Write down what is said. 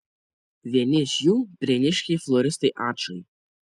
vieni iš jų prieniškiai floristai ačai